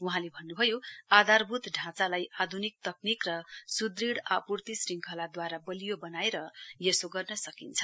वहाँले भन्नु भयो आधारभूत ढाँचालाई आध्निक तकनिकी र सुदड आपूर्ति शृङ्खलाद्वारा बलियो बनाएर यसो गर्न सकिन्छ